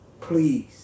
Please